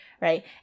right